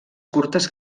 curtes